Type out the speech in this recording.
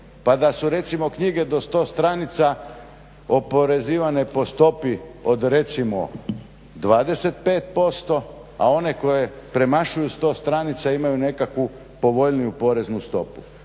pa da su recimo knjige do 100 stranica oporezivane po stopi od recimo 25%, a one koje premašuju 100 stranica imaju nekakvu povoljniju poreznu stopu.